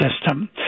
system